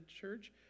church